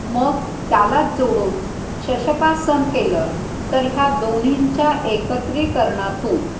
मग त्यालाच जोडून शशकासन केलं तर ह्या दोन्हींच्या एकत्रीकरणातून